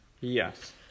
yes